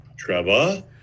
Trevor